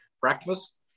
Breakfast